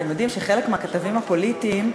אתם יודעים שחלק מהכתבים הפוליטיים,